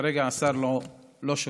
כרגע השר לא שולל.